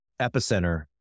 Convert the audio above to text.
epicenter